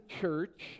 church